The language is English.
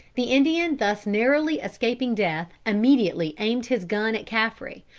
the indian thus narrowly escaping death immediately aimed his gun at caffre,